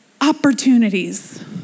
opportunities